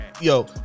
yo